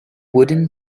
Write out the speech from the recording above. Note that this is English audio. wooden